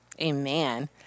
Amen